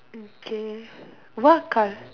okay what car